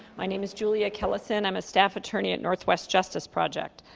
my name is julia kellison. i'm a staff attorney at northwest justice project.